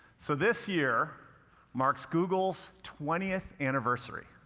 so this year marks google's twentieth anniversary,